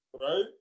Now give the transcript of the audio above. right